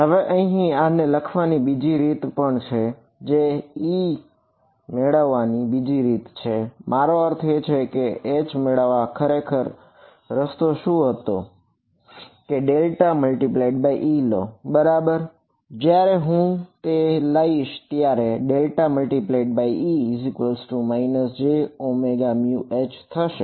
હવે અહીં આને લખવાની બીજી રીત પણ છે જે E મેળવવાની બીજી રીત છે મારો અર્થ એ છે કે H મેળવવાનો ખરેખર રસ્તો શું હતો કે ∇×E લો બરાબર અને જયારે હું તે લઈશ ત્યારે ∇×E jωμH થશે